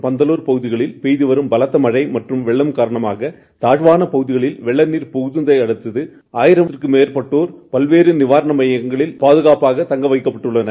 பந்தலார் பகுதிகளில் பெய்தவரும் பலத்த மலழ மற்றும் வெள்ள காரணமாக தூழ்வான பகுதிகளில் வெள்ள நீர் பகுந்தையடுத்து ஆயிரத்திற்கும் மேற்பட்டோர் பல்வேறு முகாம்களில் பாதகாப்பாக தங்க வைக்கப்பட்டுள்ளனர்